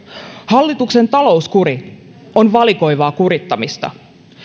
hallituksen talouskuri on valikoivaa kurittamista